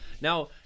Now